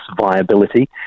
viability